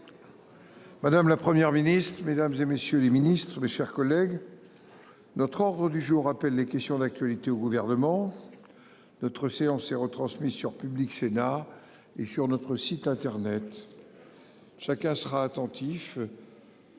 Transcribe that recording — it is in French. Madame, la Première ministre, mesdames et messieurs les ministres, mes chers collègues. Notre ordre du jour appelle les questions d'actualité au gouvernement. Notre séance et retransmise sur Public Sénat et sur notre site internet. Chacun sera attentif.